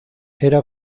era